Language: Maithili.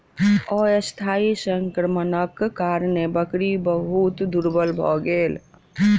अस्थायी संक्रमणक कारणेँ बकरी बहुत दुर्बल भ गेल